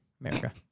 America